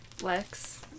Lex